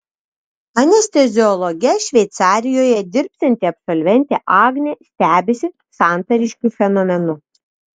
anesteziologe šveicarijoje dirbsianti absolventė agnė stebisi santariškių fenomenu